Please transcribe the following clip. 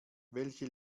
welche